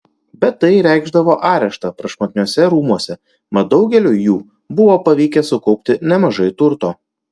bet tai reikšdavo areštą prašmatniuose rūmuose mat daugeliui jų buvo pavykę sukaupti nemažai turto